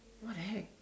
what the heck